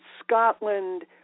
Scotland